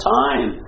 time